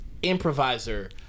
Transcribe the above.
improviser